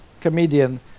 comedian